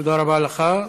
תודה רבה לך.